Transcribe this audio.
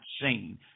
seen